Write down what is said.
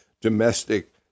domestic